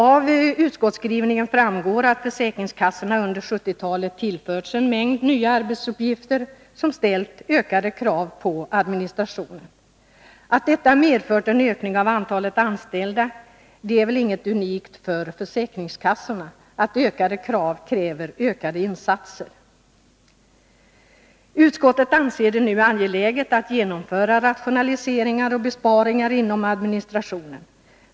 Av utskottsskrivningen framgår att försäkringskassorna under 1970-talet tillförts en mängd nya arbetsuppgifter, som ställt ökade krav på administrationen. Att detta medfört en ökning av antalet anställda vid försäkringskas sorna är inte egendomligt — ökade krav medför behov av större insatser. Utskottet anser det nu angeläget att genomföra rationaliseringar och besparingar inom administrationen.